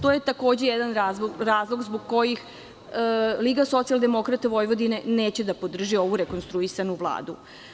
To je takođe jedan razlog zbog kojih LSV neće da podrži ovu rekonstruisanu Vladu.